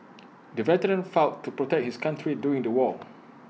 the veteran fought to protect his country during the war